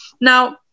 Now